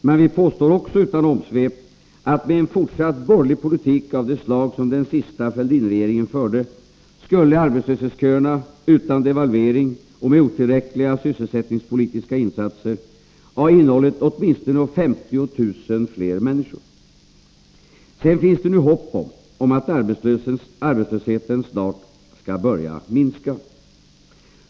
Men vi påstår också utan omsvep att med en fortsatt borgerlig politik av det slag som den sista Fälldin-regeringen förde, utan devalvering och med otillräckliga sysselsättningspolitiska insatser, skulle arbetslöshetsköerna ha innehållit åtminstone 50 000 fler människor. Det finns dessutom hopp om att arbetslösheten snart skall börja minska.